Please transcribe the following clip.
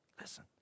Listen